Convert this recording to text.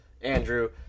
Andrew